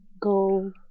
go